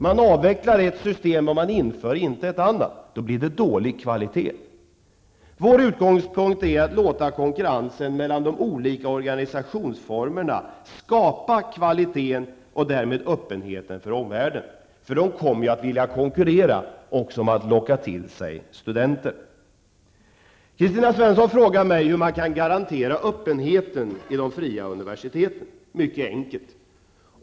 Man avvecklar ett system men man inför inte ett annat, och då blir det dålig kvalitet. Vår utgångspunkt är att låta konkurrensen mellan de olika organisationsformerna skapa kvaliteten och därmed öppenheten för omvärlden, då de kommer att vilja konkurrera också om att locka till sig studenter. Kristina Svensson frågar hur man kan garantera öppenheten vid de fria universiteten. Det är mycket enkelt.